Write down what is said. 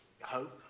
hope